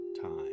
time